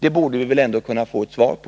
Det borde vi väl ändå kunna få ett svar på.